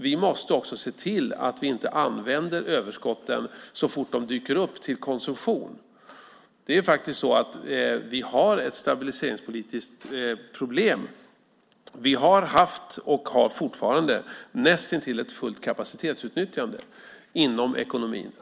Vi måste också se till att vi inte använder överskotten så fort de dyker upp till konsumtion. Vi har ett stabiliseringspolitiskt problem. Vi har haft och har fortfarande näst intill ett fullt kapacitetsutnyttjande inom ekonomin.